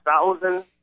thousand